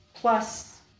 plus